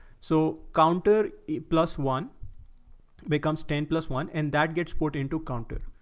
so counter plus one becomes ten plus one, and that gets put into counter.